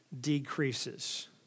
decreases